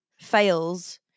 fails